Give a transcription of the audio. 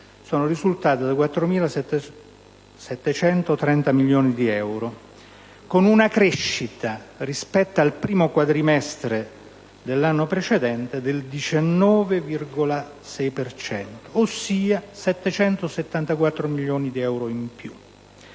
sono risultate di 4.730 milioni di euro, con una crescita rispetto al primo quadrimestre dell'anno precedente del 19,6 per cento, ossia 774 milioni di euro in più.